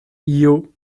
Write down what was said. lot